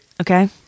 Okay